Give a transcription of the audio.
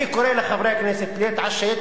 אני קורא לחברי הכנסת להתעשת